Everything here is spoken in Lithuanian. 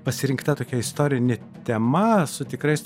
pasirinkta tokia istorinė tema su tikrais